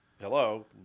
hello